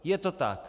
Je to tak.